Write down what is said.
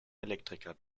elektriker